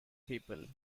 people